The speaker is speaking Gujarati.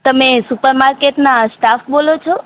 તમે સુપરમાર્કેટના સ્ટાફ બોલો છો